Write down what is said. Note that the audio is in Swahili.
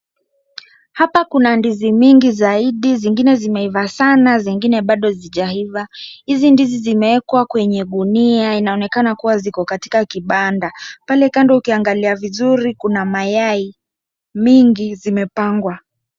Hapa kuna ndizi mingi zaidi zingine zimeiva sana zingine bado zijaiva , hizi ndizi zimewekwa kwenye gunia na inaonekana kuwa ziko katika kibanda , pale kando ukiangalia vizuri kuna mayai mingi zimepangwa.